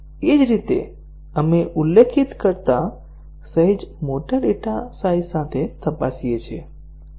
એ જ રીતે આપણે ઉલ્લેખિત કરતાં સહેજ મોટા ડેટા સાઇઝ સાથે તપાસીએ છીએ